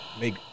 make